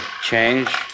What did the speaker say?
Change